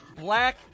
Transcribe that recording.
black